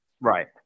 Right